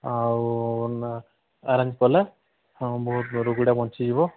ଆଉ ଆରେଞ୍ଜ କଲେ ହଁ ବହୁତ ରୋଗିଟା ବଞ୍ଚିଯିବ